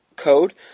code